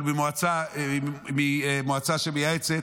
אבל מהמועצה שמייעצת.